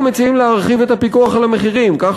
אנחנו מציעים להרחיב את הפיקוח על המחירים כך